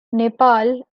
nepal